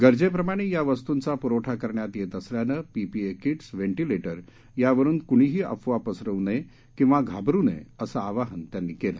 गरजेप्रमाणे या वस्तूची पुरवठा करण्यात येत असल्याने पीपीई किट्स वेंटिलेटर यावरुन कुणीही अफवा पसरवू नये किव्व घाबरू नये असे आवाहन त्याती केले